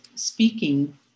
speaking